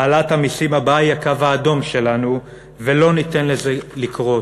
העלאת המסים הבאה היא הקו האדום שלנו ולא ניתן לזה לקרות".